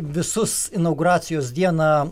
visus inauguracijos dieną